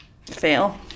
Fail